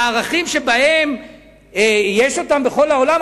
הערכים שיש בכל העולם?